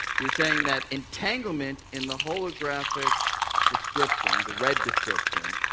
you're saying that entanglement in the holographic description, the red description,